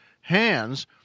hands